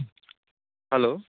hello